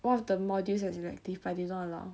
one of the modules as elective but they don't allow